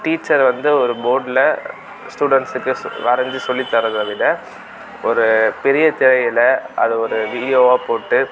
teacher வந்து ஒரு போர்டில் ஸ்டூடெண்ட்ஸுக்கு வரைஞ்சு சொல்லி தர்றதை விட ஒரு பெரிய திரையில அதை ஒரு வீடியோவாக போட்டு